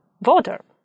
voter